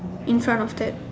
in front of that